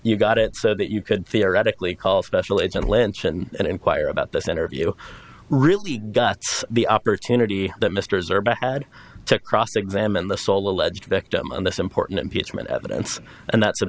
you got it so that you could theoretically call special agent lynch and inquire about this interview really got the opportunity that mr zimmerman had to cross examine the sole alleged victim on this important impeachment evidence and that